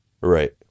Right